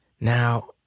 now